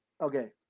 Okay